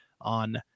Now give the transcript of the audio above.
on